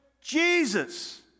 Jesus